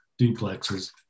duplexes